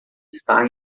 está